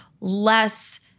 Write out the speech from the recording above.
less